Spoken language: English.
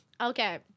Okay